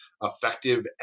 effective